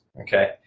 Okay